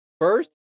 first